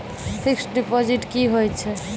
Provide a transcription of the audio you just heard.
Fixed deposit की होय छै?